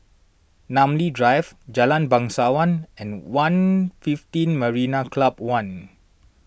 Namly Drive Jalan Bangsawan and one fifteen Marina Club one